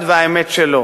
לכן, כל אחד והאמת שלו.